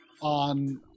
on